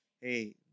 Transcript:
hey